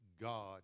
God